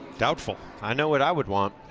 doubtful. i know what i would want.